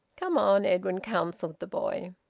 come on! edwin counselled the boy.